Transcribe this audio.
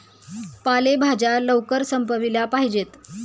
पालेभाज्या लवकर संपविल्या पाहिजेत